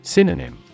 Synonym